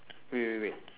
wait wait wait